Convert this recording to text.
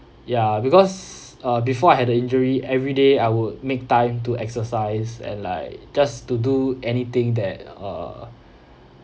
ya because uh before I had the injury everyday I would make time to exercise and like just to do anything that uh